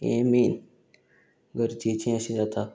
हें मेन गरजेचें अशें जाता